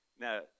Now